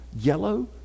yellow